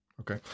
Okay